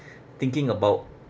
thinking about